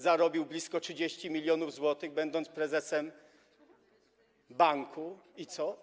Zarobił blisko 30 mln zł, będąc prezesem banku, i co?